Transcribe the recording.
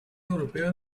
europeo